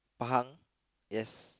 Pahang yes